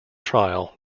trial